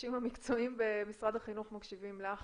שהאנשים המקצועיים במשרד החינוך מקשיבים לך